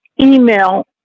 email